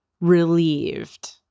relieved